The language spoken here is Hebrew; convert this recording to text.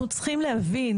אנחנו צריכים להבין,